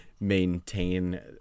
maintain